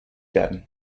werden